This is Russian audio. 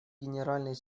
генеральный